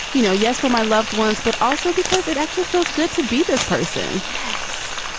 you know. yes, for my loved ones. but also because it actually feels good to be this person yes,